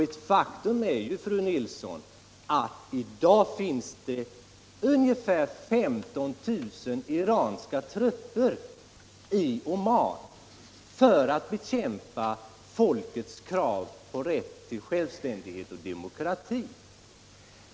Ett faktum är, fru Nilsson i Kristianstad, att det i dag i Oman finns ungefär 15 000 man iranska trupper för att bekämpa tfolkets krav på självständighet och demokrati.